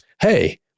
hey